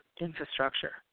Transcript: infrastructure